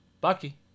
Bucky